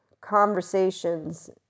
conversations